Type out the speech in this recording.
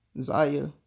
Zaya